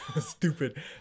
stupid